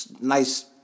nice